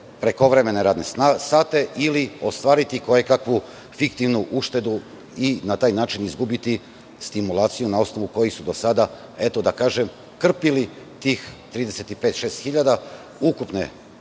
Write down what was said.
prekovremene radne sate, ili ostvariti kojekakvu fiktivnu uštedu i na taj način izgubiti stimulaciju, na osnovu koje su do sada, eto da kažem, krpili tih 35.000, 36.000 hiljada ukupne